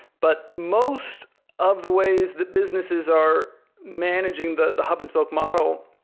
but most of the ways that businesses are managing the the hub and spoke model,